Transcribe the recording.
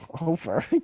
Over